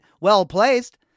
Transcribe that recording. well-placed